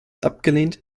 abgelehnt